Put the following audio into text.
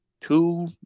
two